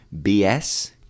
BS